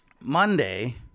Monday